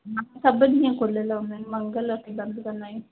मां सभु ॾींहं खुलियल हूंदा आहिनि मंगल जो ॾींहुं बंदि कंदा आहियूं